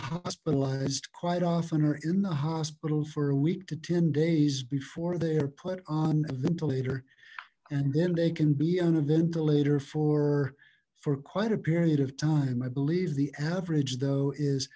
hospitalized quite often are in the hospital for a week to ten days before they are put on a ventilator and then they can be on a ventilator for for quite a period of time i believe the average though is